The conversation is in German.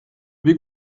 wie